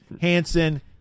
Hanson